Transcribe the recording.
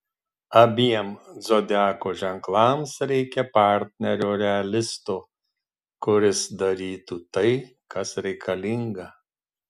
abiem zodiako ženklams reikia partnerio realisto kuris darytų tai kas reikalinga